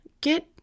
get